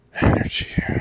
energy